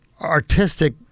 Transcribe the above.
artistic